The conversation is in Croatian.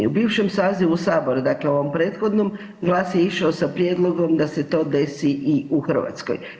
U bivšem sazivu Sabora, dakle u ovom prethodnom, GLAS je išao sa prijedlogom da se to desi i u Hrvatskoj.